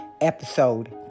Episode